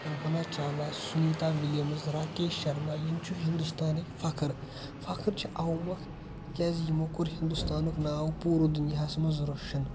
کلپنا Chawla Sunita Williams Rakesh Sharma یِم چھِ ہندوستانٕکۍ فخر فخر چھِ اومۄکھ تِکیازِ یمو کوٚر ہندوستانُک ناو پورٕ دنیاہس منٛز روشن